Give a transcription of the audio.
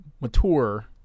mature